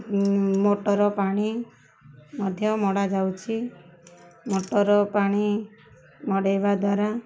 ମଟର ପାଣି ମଧ୍ୟ ମଡ଼ାଯାଉଛି ମଟର ପାଣି ମଡ଼େଇବା ଦ୍ୱାରା